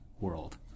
world